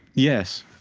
yes.